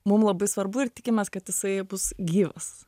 mum labai svarbu ir tikimės kad jisai bus gyvas